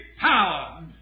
power